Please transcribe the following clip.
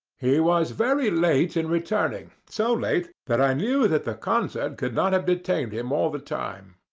he was very late in returning so late, that i knew that the concert could not have detained him all the time.